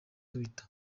twitter